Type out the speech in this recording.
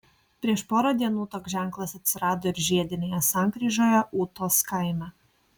prieš porą dienų toks ženklas atsirado ir žiedinėje sankryžoje ūtos kaime